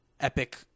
epic